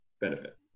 benefit